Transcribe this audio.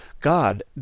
God